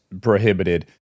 prohibited